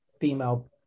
female